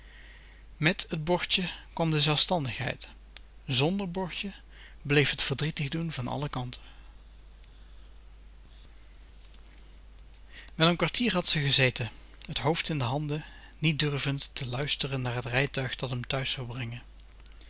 met het bordje kwam de zelfstandigheid zonder bordje bleef het verdrietig doen van alle kanten wel n kwartier had ze gezeten het hoofd in de handen niet durvend te luisteren naar t rijtuig dat m thuis zou brengen